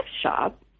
shop